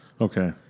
Okay